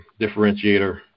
differentiator